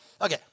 Okay